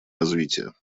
развития